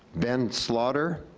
ben slaughter,